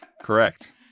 Correct